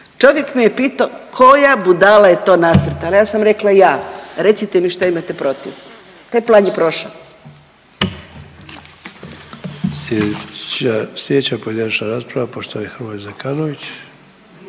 Čovjek me je pitao koja budala je to nacrtala? Ja sam rekla ja. Recite mi šta imate protiv? Taj plan je prošao.